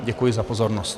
Děkuji za pozornost.